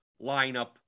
lineup